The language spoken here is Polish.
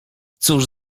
cóż